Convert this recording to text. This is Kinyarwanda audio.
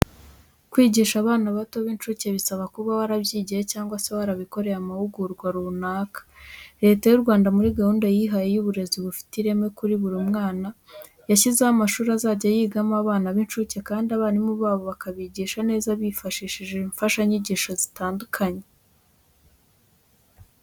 Kwigisha abana bato b'incuke bisaba kuba warabyigiye cyangwa se warabikoreye amahugurwa runaka. Leta y'u Rwanda muri gahunda yihaye y'uburezi bufite ireme kuri buri mwana, yashyizeho amashuri azajya yigamo abana b'incuke kandi abarimu babo bakabigisha neza bifashishije imfashanyigisho zitandukanye.